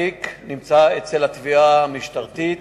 התיק נמצא אצל התביעה המשטרתית,